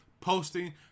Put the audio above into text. posting